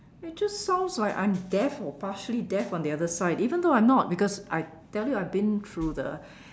it just sounds like I'm deaf or partially deaf on the other side even though I'm not because I tell you I've been through the